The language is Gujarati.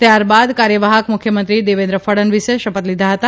ત્યારબાદ કાર્યવાહક મુખ્યમંત્રી દેવેન્દ્ર ફડણવીસે શપથ લીધા હતા